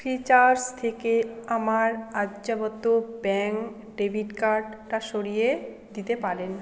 features থেকে আমার Aryavart bank debit কার্ডটা সরিয়ে দিতে পারেন